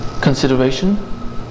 consideration